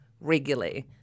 regularly